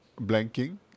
blanking